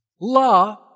La